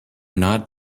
not